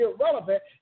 irrelevant